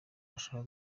washaka